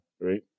right